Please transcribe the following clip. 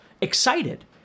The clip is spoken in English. excited